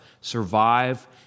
survive